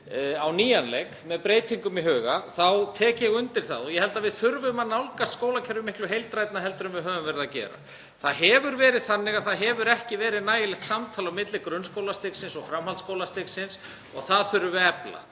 á nýjan leik með breytingar í huga — ég tek undir það og ég held að við þurfum að nálgast skólakerfið miklu heildrænna en við höfum verið að gera. Það hefur verið þannig að það hefur ekki verið nægilegt samtal á milli grunnskólastigsins og framhaldsskólastigsins og það þurfum við að efla.